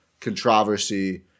controversy